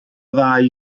ddau